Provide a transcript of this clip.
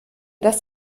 das